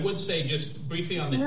would say just briefly on the